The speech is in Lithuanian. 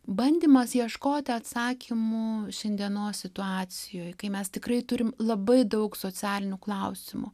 bandymas ieškoti atsakymų šiandienos situacijoj kai mes tikrai turim labai daug socialinių klausimų